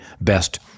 best